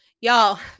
Y'all